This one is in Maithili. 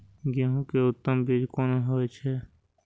गेंहू के उत्तम बीज कोन होय छे?